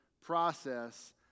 process